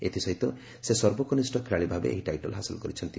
ଏଥିସହିତ ସେ ସର୍ବକନିଷ୍ଠ ଖେଳାଳି ଭାବେ ଏହି ଟାଇଟଲ୍ ହାସଲ କରିଛନ୍ତି